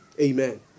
Amen